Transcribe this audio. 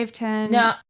no